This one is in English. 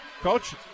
Coach